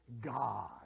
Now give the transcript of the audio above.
God